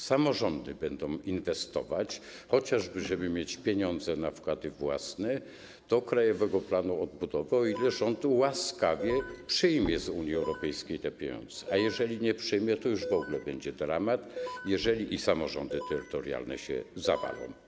Samorządy będą inwestować chociażby po to, żeby mieć pieniądze na wkłady własne do Krajowego Planu Odbudowy, o ile rząd łaskawie przyjmie z Unii Europejskiej te pieniądze, a jeżeli nie przyjmie, to już w ogóle będzie dramat, jeżeli i samorządy terytorialne się zawalą.